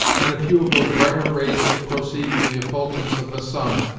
and a few of those brighter rays that proceed from the effulgence of the sun,